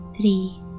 three